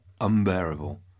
unbearable